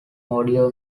audio